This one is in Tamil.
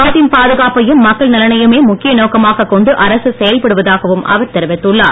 நாட்டின் பாதுகாப்பையும் மக்கள் நலனையுமே முக்கிய நோக்கமாக கொண்டு அரசு செயல்படுவதாகவும் அவர் தெரிவித்துள்ளார்